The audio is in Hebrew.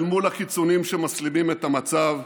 אל מול הקיצונים שמסלימים את המצב,